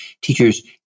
Teachers